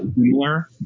similar